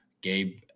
Gabe